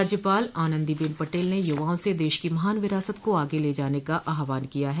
राज्यपाल आनन्दीबेन पटेल ने युवाओं से देश की महान विरासत को आगे ले जाने का आहवान किया है